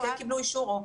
או כן קיבלו אישור.